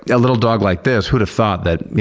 a little dog like this, who'd have thought that,